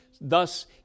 Thus